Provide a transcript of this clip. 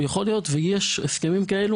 יכול להיות ויש הסכמים כאלו,